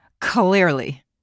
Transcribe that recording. clearly